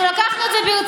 אנחנו לקחנו את זה ברצינות,